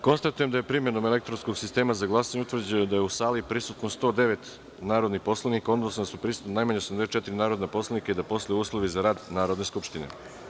Konstatujem da je, primenom elektronskog sistema za glasanje, utvrđeno da je u sali prisutno 109 narodnih poslanika, odnosno da su prisutna najmanje 84 narodna poslanika i da postoje uslovi za rad Narodne skupštine.